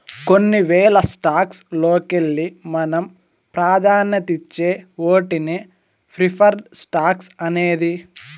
కొన్ని వేల స్టాక్స్ లోకెల్లి మనం పాదాన్యతిచ్చే ఓటినే ప్రిఫర్డ్ స్టాక్స్ అనేది